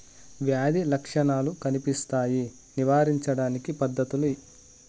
వ్యాధి లక్షణాలు కనిపిస్తాయి నివారించడానికి పద్ధతులు?